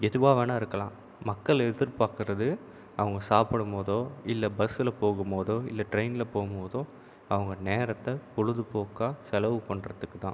எதுவாக வேணுனா இருக்கலாம் மக்கள் எதிர்பாக்கிறது அவங்க சாப்பிடும்போதோ இல்லை பஸ்ஸில் போகும்போதோ இல்லை ட்ரெயினில் போகும்போதோ அவங்க நேரத்தை பொழுதுபோக்காக செலவு பண்ணுறதுக்கு தான்